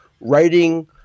writing